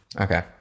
Okay